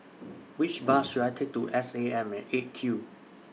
Which Bus should I Take to S A M At eight Q